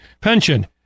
pension